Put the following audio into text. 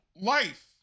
life